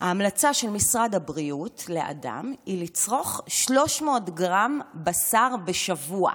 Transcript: ההמלצה של משרד הבריאות לאדם היא לצרוך 300 גרם בשר בשבוע,